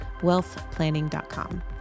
wealthplanning.com